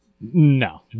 no